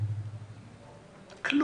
אבל